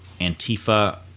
antifa